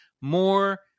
more